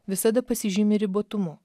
visada pasižymi ribotumu